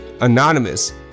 anonymous